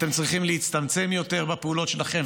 אתם צריכים להצטמצם יותר בפעולות שלכם,